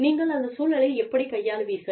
நீங்கள் அந்த சூழலை எப்படிக் கையாளுவீர்கள்